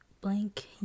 Blank